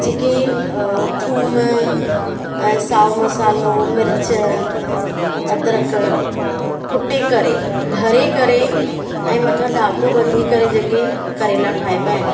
जेके थूम ऐं साओ मसालो मिर्च अद्रक कुटे करे भरे करे ऐं मथां धाॻो ॿधी करे जेके करेला ठाहिबा आहिनि